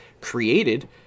created